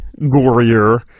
gorier